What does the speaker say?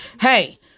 Hey